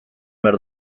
behar